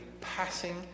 passing